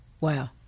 Wow